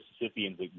Mississippians